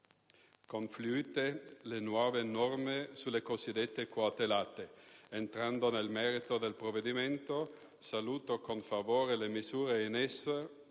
confluite le nuove norme sulle cosiddette quote latte. Entrando nel merito del provvedimento, saluto con favore le misure in esso